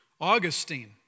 Augustine